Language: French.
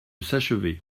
s’achever